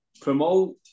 promote